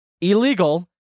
illegal